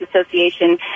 Association